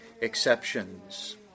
exceptions